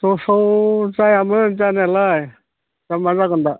दसाव जायामोन जानायालाय दा मा जागोन दा